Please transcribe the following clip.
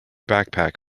backpack